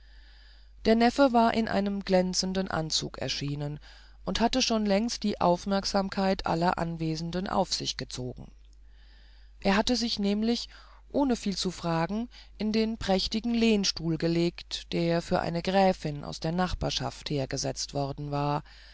der neffe war in einem glänzenden anzug erschienen und hatte schon längst die aufmerksamkeit aller anwesenden auf sich gezogen er hatte sich nämlich ohne viel zu fragen in den prächtigen lehnstuhl gelegt der für eine gräfin aus der nachbarschaft hergesetzt worden war